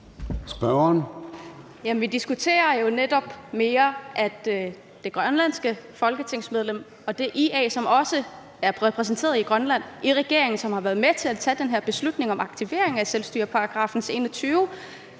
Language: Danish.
vi diskuterer jo mere det, at det grønlandske folketingsmedlem fra IA, som også er repræsenteret i Grønland i regeringen, og som har været med til at tage den her beslutning om aktivering af selvstyrelovens § 21,